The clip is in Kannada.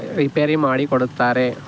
ರಿಪೇರಿ ಮಾಡಿ ಕೊಡುತ್ತಾರೆ